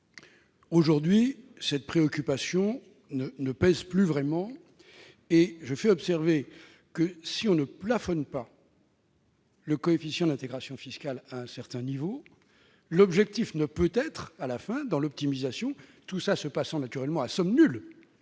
Aujourd'hui, cette préoccupation ne pèse plus vraiment. Et je fais observer que si l'on ne plafonne pas le coefficient d'intégration fiscale à un certain niveau, l'objectif, dans une perspective d'optimisation, tout ceci se passant naturellement à somme nulle-